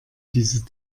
diese